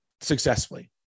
successfully